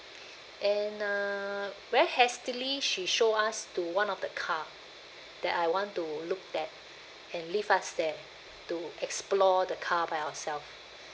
and uh very hastily she show us to one of the car that I want to look that and leave us there to explore the car by ourself